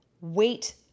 wait